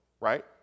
right